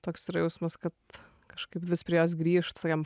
toks yra jausmas kad kažkaip vis prie jos grįžtu jam